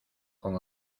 con